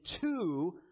two